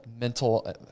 mental